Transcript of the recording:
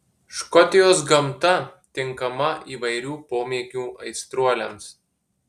škotijos gamta tinkama įvairių pomėgių aistruoliams